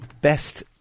best